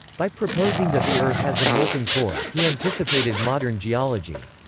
by proposing that the earth has a molten core, he anticipated modern geology.